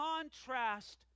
contrast